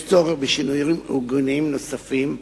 ויש צורך בשינויים ארגוניים נוספים.